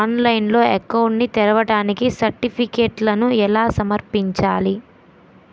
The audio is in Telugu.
ఆన్లైన్లో అకౌంట్ ని తెరవడానికి సర్టిఫికెట్లను ఎలా సమర్పించాలి?